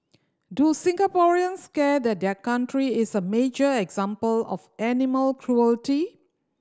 do Singaporeans care that their country is a major example of animal cruelty